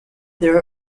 there